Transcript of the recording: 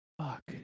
Fuck